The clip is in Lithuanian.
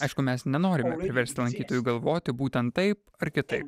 aišku mes nenorime versti lankytojų galvoti būtent taip ar kitaip